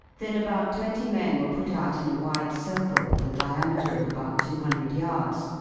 then about twenty men were put out in a wide circle with a diameter of about two hundred yards,